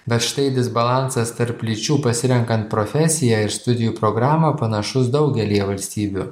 bet štai disbalansas tarp lyčių pasirenkant profesiją ir studijų programą panašus daugelyje valstybių